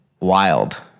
Wild